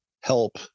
help